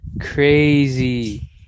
Crazy